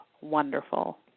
wonderful